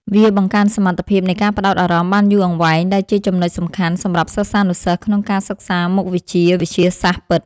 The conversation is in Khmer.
វាបង្កើនសមត្ថភាពនៃការផ្ដោតអារម្មណ៍បានយូរអង្វែងដែលជាចំណុចសំខាន់សម្រាប់សិស្សានុសិស្សក្នុងការសិក្សាមុខវិជ្ជាវិទ្យាសាស្ត្រពិត។